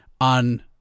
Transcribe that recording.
on